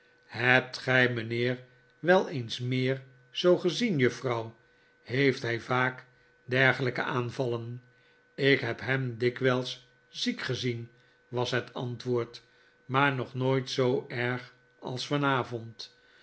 hebt gij mijnheer wel eens meer zoo gezien juffrouw heeft hij vaak dergelijke aanvallen ik heb hem dikwijls ziek gezien was het antwoord maar nog nooit zoo erg als vanavond